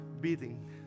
beating